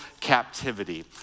captivity